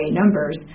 numbers